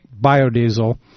biodiesel